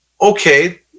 okay